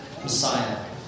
Messiah